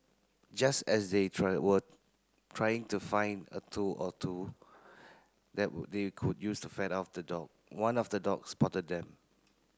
just as they try were trying to find a tool or two that they could use to fend off the dog one of the dogs spotted them